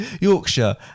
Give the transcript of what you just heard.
Yorkshire